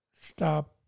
stop